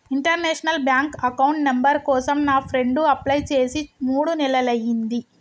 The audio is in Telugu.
ఇంటర్నేషనల్ బ్యాంక్ అకౌంట్ నంబర్ కోసం నా ఫ్రెండు అప్లై చేసి మూడు నెలలయ్యింది